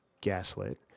gaslit